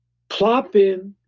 plop in,